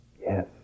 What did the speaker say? yes